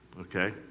okay